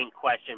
question